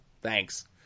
thanks